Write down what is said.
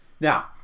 now